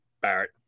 Barrett